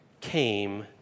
came